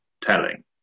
telling